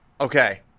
Okay